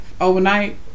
overnight